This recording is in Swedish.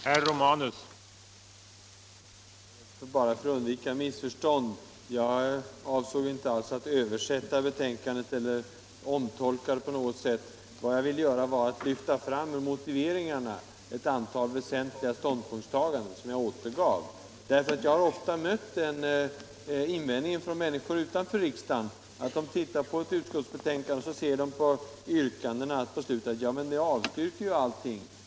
Herr talman! För att undvika missförstånd vill jag understryka, att jag alls inte avsåg att översätta eller omtolka betänkandet på något sätt. Vad jag ville göra, var att lyfta fram motiveringarna för ett antal väsentliga ståndpunktstaganden, som jag återgav. Jag har nämligen ofta mött den invändningen från människor utanför riksdagen, när de tittar på ett utskottsbetänkande och läser yrkandena: ”Ja, men ni avstyrker ju allting.